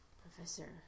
Professor